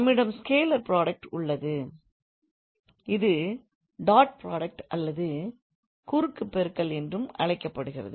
நம்மிடம் scalar product உள்ளது இது டாட் புராடக்ட் அல்லது குறுக்குப்பெருக்கல் என்றும் அழைக்கப்படுகிறது